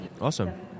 Awesome